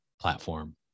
platform